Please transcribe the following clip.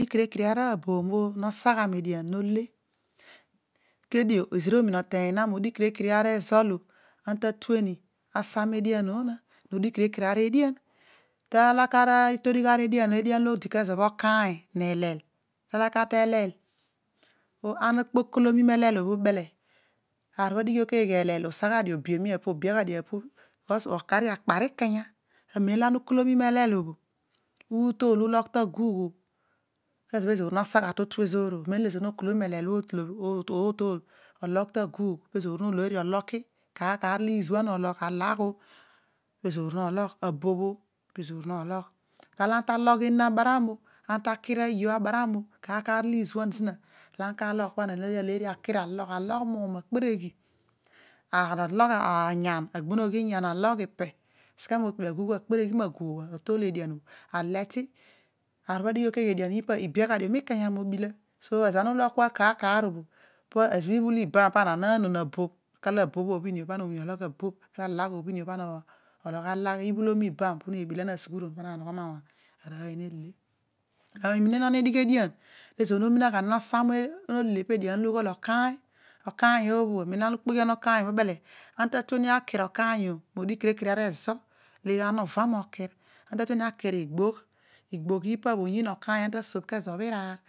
Edigh kere kere arabooh obho no sa gha median ole, kedio ezoor onina oteeny odigh kere kare areezo lo ana ta tueni asa me dian bho ana odigh kere kere ari edian talalea edian bho, te edian olo idi kezo ikaany ne elel ta la kaa te elel, po ana ukolomi miilel bho aar bho adighi bho keghe elel usagha dio obia, obia gha dio bkos okar akpar kua, amen ana ulokomi meelel ologh taguugh obho kezo bho ezoor nosa gha to otu ezoor bho no ko lomi meelel bho ologh ta aguugh, pee zoor no legheri eloki kar kar olo ezoor movo mologh, alagh oh, pe zoor no ogh, abobh oh peezoor no logh kalo ana ta logh ena abaram oh akir ayo alogh oh kar kar olo izuan zina, pa ana na alegheri ekir omeedi azu alogh taguugh obho omin inon edian olo ezoor no sa gha nole pa edion olo ughol, ola aany, okaany obho anem ana okpoghion ohaany obho ubele, ana ta tueni akir okaany bho modigh kere kere areezo lo ana uva mo kir ana tueni akir igbogh igbogh ipa bho ana ta tueni asop oyiin okaany kezo bho iraar.